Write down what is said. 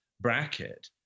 bracket